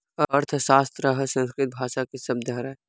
अर्थसास्त्र ह संस्कृत भासा के सब्द हरय